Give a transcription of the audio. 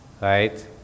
Right